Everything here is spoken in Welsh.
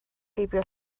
heibio